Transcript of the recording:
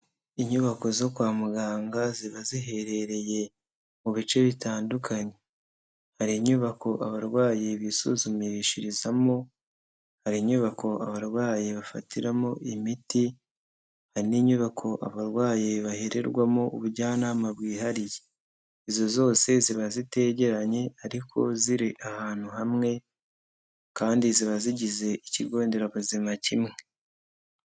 Inyubako zo kwa muganga ziba ziherereye mu bice bitandukanye. Hari inyubako abarwayi bisuzumishirizamo, hari inyubako abarwayi bafatiramo imiti, hari inyubako abarwayi bahererwamo ubujyanama bwihariye. Izo zose ziba zitegeranye ariko ziri ahantu hamwe kandi ziba zigize ikigonderabuzima kimwe.